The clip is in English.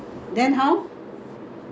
where we get married you remember